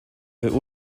ihre